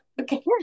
okay